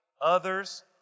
Others